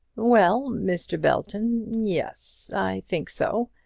well, mr. belton yes i think so.